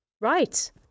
right